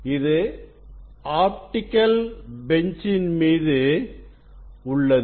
இது ஆப்டிகல் பெஞ்சின் மீது உள்ளது